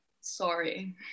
Sorry